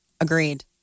Agreed